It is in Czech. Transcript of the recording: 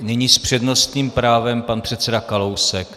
Nyní s přednostním právem pan předseda Kalousek.